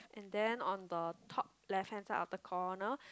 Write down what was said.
then on the top left side of the corner